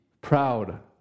proud